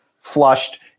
flushed